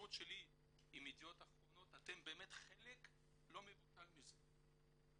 שמההיכרות שלי עם ידיעות אחרונות אתם באמת חלק לא מבוטל מזה,